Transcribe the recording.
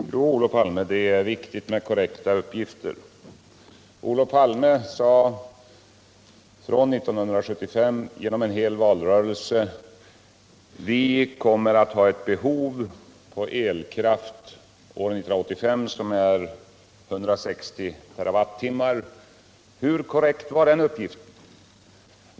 Herr talman! Jo, Olof Palme, det är viktigt med korrekta uppgifter. Olof Palme sade 1975 och senare genom en hel valrörelse att vi kommer att ha ett behov av elkraft år 1985, som uppgår till 160 TWh. Hur korrekt var den uppgiften?